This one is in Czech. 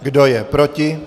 Kdo je proti?